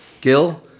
Gil